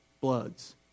blood's